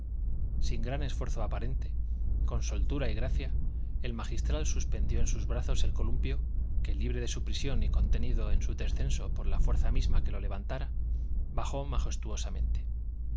sin gran esfuerzo aparente con soltura y gracia el magistral suspendió en sus brazos el columpio que libre de su prisión y contenido en su descenso por la fuerza misma que lo levantara bajó majestuosamente